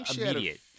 immediate